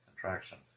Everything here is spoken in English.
contraction